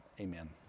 Amen